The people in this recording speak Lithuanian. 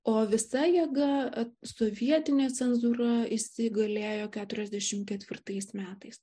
o visa jėga sovietinė cenzūra įsigalėjo keturiasdešimt ketvirtais metais